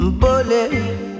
bullet